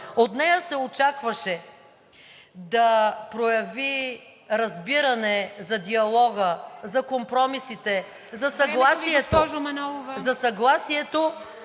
От нея се очакваше да прояви разбиране за диалога, за компромисите, за съгласието...